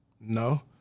No